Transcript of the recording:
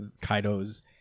Kaido's